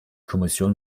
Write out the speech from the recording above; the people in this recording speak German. kommission